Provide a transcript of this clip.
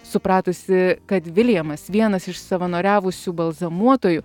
supratusi kad viljamas vienas iš savanoriavusių balzamuotojų